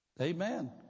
Amen